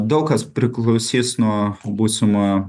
daug kas priklausys nuo būsimo